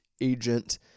agent